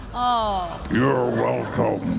ah you're welcome.